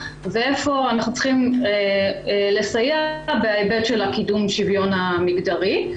ואיפה אנחנו צריכים לסייע בהיבט של קידום השוויון המגדרי.